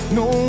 no